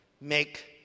Make